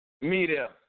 media